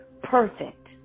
perfect